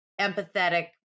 empathetic